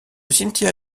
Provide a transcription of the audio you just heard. cimetière